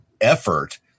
effort